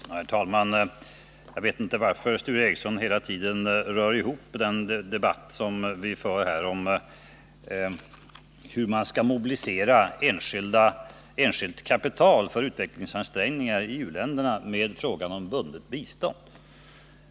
Herr talman! Jag vet inte varför Sture Ericson hela tiden rör ihop den debatt som vi för här om hur man skall mobilisera enskilt kapital för utvecklingsansträngningar i u-länderna med frågan om bundet bistånd.